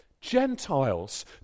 Gentiles